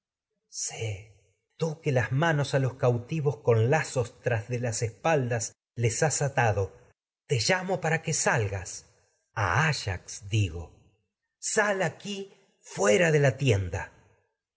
tú que las manos a los cauti lazos tras de las espaldas les has atado te llamo digo sal aquí para que salgas a ayax fuera de la tienda